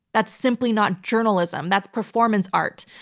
that's simply not journalism. that's performance art.